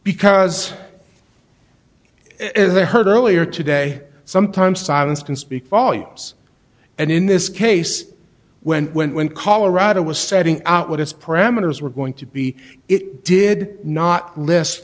because i heard earlier today sometimes silence can speak volumes and in this case when when when colorado was setting out what its parameters were going to be it did not list